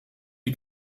die